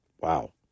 Wow